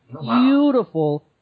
beautiful